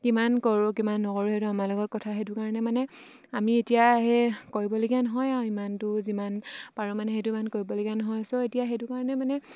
কিমান কৰোঁ কিমান নকৰোঁ সেইটো আমাৰ লগত কথা সেইটো কাৰণে মানে আমি এতিয়া আহে কৰিবলগীয়া নহয় আৰু ইমানটো যিমান পাৰোঁ মানে সেইটো ইমান কৰিবলগীয়া নহয় ছ' এতিয়া সেইটো কাৰণে মানে